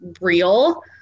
real